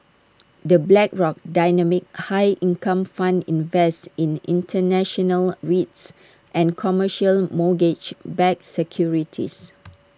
the Blackrock dynamic high income fund invests in International REITs and commercial mortgage backed securities